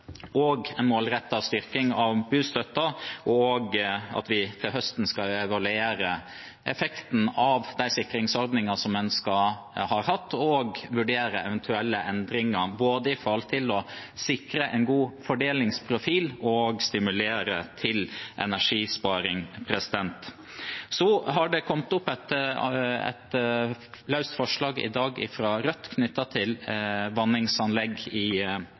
en målrettet styrking av bostøtten, en evaluering til høsten av effekten av de sikringsordningene som en har hatt, og vurdere eventuelle endringer, både med tanke på å sikre en god fordelingsprofil og for å stimulere til energisparing. Det har blitt fremmet et løst forslag fra Rødt i dag om vanningsanlegg i jordbruket og veksthusnæringen. Den problemstillingen er åpenbart viktig, spesielt når en nå går inn i